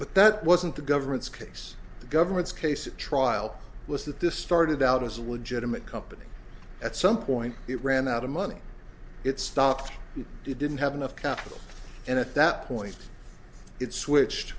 but that wasn't the government's case the government's case at trial was that this started out as a legitimate company at some point it ran out of money it stopped it didn't have enough capital and at that point it switched